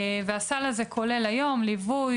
הסל הזה כולל היום ליווי,